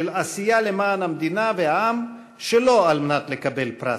של עשייה למען המדינה והעם שלא על מנת לקבל פרס.